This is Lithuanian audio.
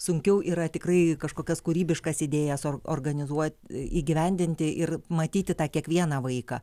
sunkiau yra tikrai kažkokias kūrybiškas idėjas or organizuot įgyvendinti ir matyti tą kiekvieną vaiką